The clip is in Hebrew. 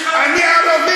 אני חרדי.